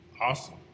Awesome